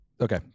Okay